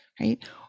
right